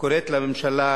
קוראת לממשלה